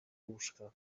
łóżka